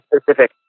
specific